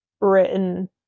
written